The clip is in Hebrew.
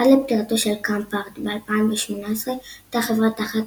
עד לפטירתו של קמפראד ב-2018 הייתה החברה תחת